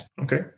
Okay